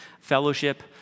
fellowship